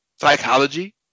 psychology